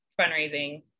fundraising